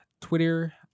Twitter